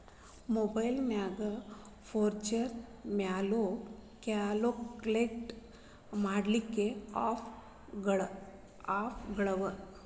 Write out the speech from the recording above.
ಮಒಬೈಲ್ನ್ಯಾಗ್ future value calculate ಮಾಡ್ಲಿಕ್ಕೆ app ಗಳವ